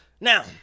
Now